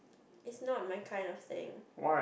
it's not my kind of thing